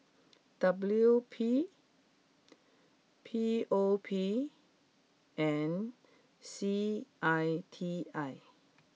W P P O P and C I T I